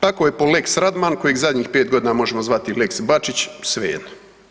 Tako je po lex Radman kojeg zadnjih pet godina možemo zvati lex Bačić svejedno.